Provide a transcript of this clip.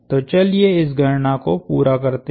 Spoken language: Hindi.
तो चलिए इस गणना को पूरा करते हैं